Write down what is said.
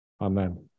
Amen